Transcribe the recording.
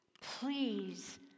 please